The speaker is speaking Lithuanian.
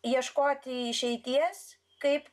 ieškoti išeities kaip